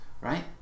right